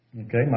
Okay